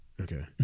Okay